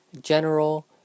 General